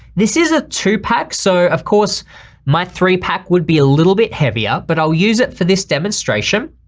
this is a two pack so of course my three pack would be a little bit heavier, but i'll use it for this demonstration.